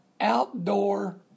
outdoor